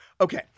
Okay